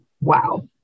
wow